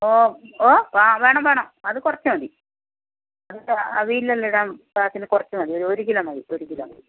ഓഹ് ഓഹ് ആ വേണം വേണം അത് കുറച്ച് മതി അത് അവിയലിലെല്ലാം ഇടാൻ പാകത്തിന് കുറച്ച് മതി ഒരു ഒരു കിലോ മതി ഒരു കിലോ മതി